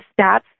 stats